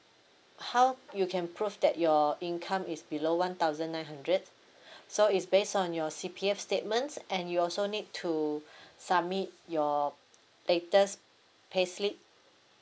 how you can prove that your income is below one thousand nine hundred so is based on your C_P_F statements and you also need to submit your latest payslip